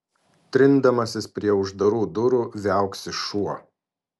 trindamasis prie uždarų durų viauksi šuo